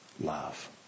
love